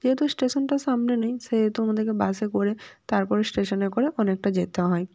যেহেতু স্টেশনটা সামনে নেই সেহেতু আমাদেকে বাসে করে তারপরে স্টেশনে করে অনেকটা যেতে হয়